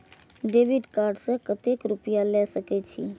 Debit card से कतेक रूपया ले सके छै?